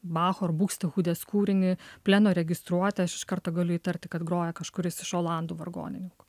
machorbūksta hudes kūrinį pleno registruoti aš iš karto galiu įtarti kad groja kažkuris iš olandų vargonininkų